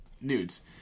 nudes